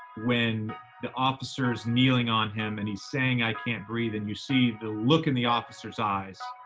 when the officer's kneeling on him, and he's saying, i can't breathe. and you see the look in the officer's eyes.